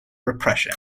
repression